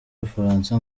bufaransa